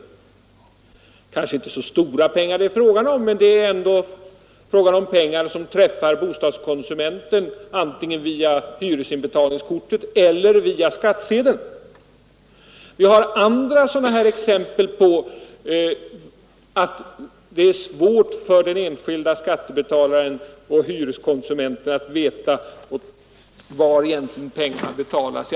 Det gäller kanske inte så stora summor, men det är utgifter som drabbar bostadskonsumenten antingen via hyresinbetalningskortet eller via skattsedeln. Det finns andra exempel på att det är svårt för den enskilde skattebetalaren och hyreskonsumenten att veta vart pengarna egentligen betalas.